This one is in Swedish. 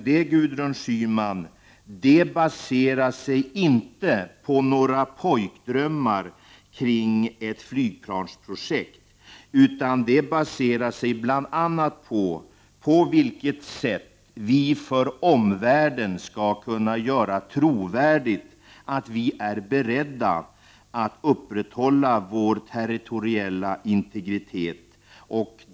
Det, Gudrun Schyman, beror inte på några pojkdrömmar om ett flygplansprojekt, utan det baserar sig på min uppfattning hur vi för omvärlden skall kunna göra trovärdigt att vi är beredda att upprätthålla vår territoriella integritet.